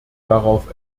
darauf